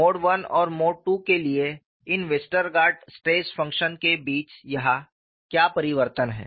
mode I और mode II के लिए इन Westergaard stress function Westergaard's Stress Function के बीच यहाँ क्या परिवर्तन है